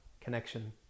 connection